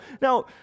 Now